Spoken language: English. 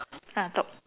ah top